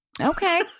Okay